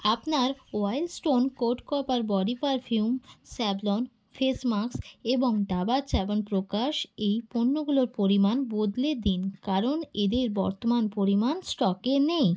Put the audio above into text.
আপনার Wild Stone code copper body perfume Savlon face mask এবং Dabur chyawanprash এই পণ্যগুলোর পরিমাণ বদলে দিন কারণ এদের বর্তমান পরিমাণ স্টকে নেই